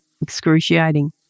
excruciating